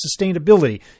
sustainability